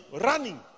running